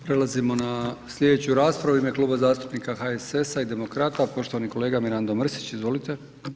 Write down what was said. Prelazimo na slijedeću raspravu, u ime Kluba zastupnika HSS-a i Demokrata poštovani kolega Mirando Mrsić, izvolite.